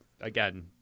again